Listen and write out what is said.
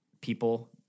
people